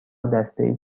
دستهای